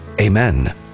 Amen